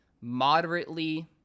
moderately